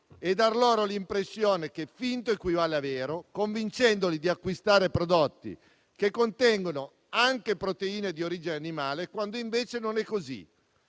e dar loro l'impressione che finto equivalga a vero, convincendoli che stiano acquistando prodotti che contengono anche proteine di origine animale, quando invece non è così.